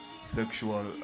sexual